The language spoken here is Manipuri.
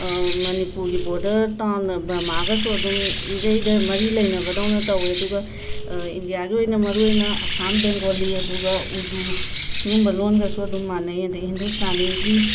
ꯃꯅꯤꯄꯨꯔꯒꯤ ꯕꯣꯔꯗꯔ ꯇꯥꯥꯎꯟ ꯕꯔꯃꯥꯒꯁꯨ ꯑꯗꯨꯝ ꯏꯔꯩꯗ ꯃꯔꯤ ꯂꯩꯅꯕꯗꯧꯅ ꯇꯧꯋꯦ ꯑꯗꯨꯒ ꯏꯟꯗꯤꯌꯥꯒꯤ ꯑꯣꯏꯅ ꯃꯔꯨ ꯑꯣꯏꯅ ꯑꯁꯥꯝ ꯕꯦꯡꯒꯣꯂꯤ ꯑꯗꯨꯒ ꯎꯔꯗꯨ ꯁꯤꯒꯨꯝꯕ ꯂꯣꯟꯒꯁꯨ ꯑꯗꯨꯝ ꯃꯥꯅꯩ ꯑꯗꯩ ꯍꯤꯟꯗꯨꯁꯇꯥꯅꯤꯒꯤ